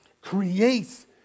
creates